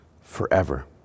forever